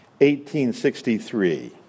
1863